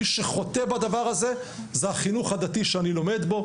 מי שחוטא בדבר הזה זה החינוך הדתי שאני לומד בו,